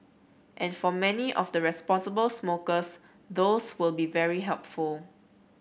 and for many of the responsible smokers those will be very helpful